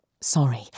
Sorry